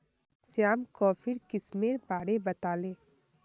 श्याम कॉफीर किस्मेर बारे बताले